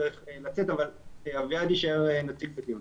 צריך לצאת אבל אביעד יישאר נציג בדיון.